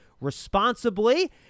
responsibly